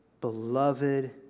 beloved